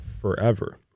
forever